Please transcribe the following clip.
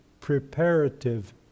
preparative